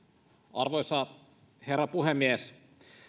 arvoisa herra puhemies